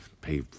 pay